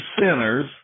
sinners